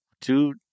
two